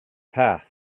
path